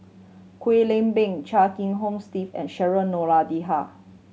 Kwek Leng Beng Chia Kiah Hong Steve and Cheryl Noronha